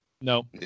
No